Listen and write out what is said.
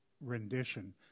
rendition